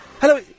Hello